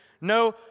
no